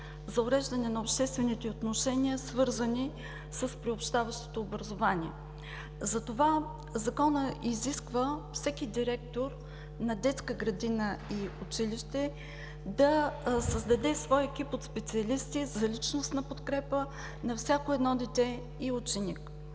за уреждане на обществените отношения, свързани с приобщаващото образование. Затова Законът изисква всеки директор на детска градина и училище да създаде свой екип от специалисти за личностна подкрепа на всяко едно дете и ученик.